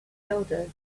elders